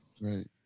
Right